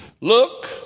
Look